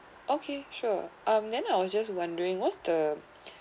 okay sure um then I was just wondering what's the